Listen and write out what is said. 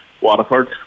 Waterford